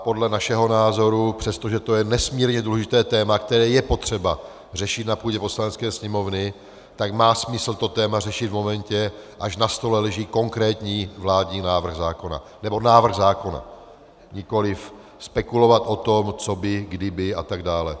Podle našeho názoru, přestože to je nesmírně důležité téma, které je potřeba řešit na půdě Poslanecké sněmovny, má smysl to téma řešit v momentě, až na stole leží konkrétní vládní návrh zákona, nebo návrh zákona, nikoliv spekulovat o tom, co by kdyby atd.